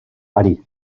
hari